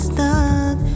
Stuck